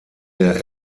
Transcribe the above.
der